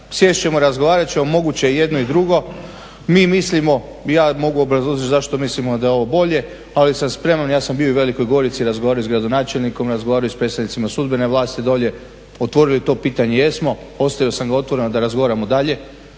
sjest ćemo, razgovarat ćemo. Moguće je i jedno i drugo. Mi mislimo, ja mogu obrazložiti zašto mislimo da je ovo bolje, ali sam spreman, ja sam bio i u Velikoj Gorici, razgovarao s gradonačelnikom, razgovarao i s predstavnicima sudbene vlasti dolje. Otvorili to pitanje jesmo, ostavio sam ga otvorenim da razgovaramo dalje.